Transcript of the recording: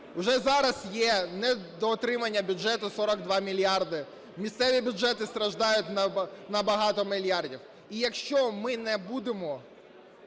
Уже зараз є недоотримання бюджету 42 мільярди, місцеві бюджети страждають на багато мільярдів. І якщо ми не будемо